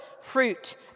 fruit